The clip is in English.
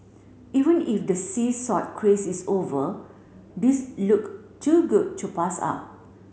even if the sea salt craze is over these look too good to pass up